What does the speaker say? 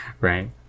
Right